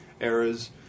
errors